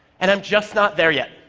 and i'm just not there yet.